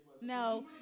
No